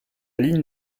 ligne